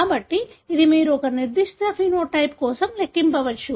కాబట్టి ఇది మీరు ఒక నిర్దిష్ట సమలక్షణం కోసం లెక్కించవచ్చు